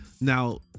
now